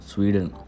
Sweden